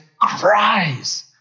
cries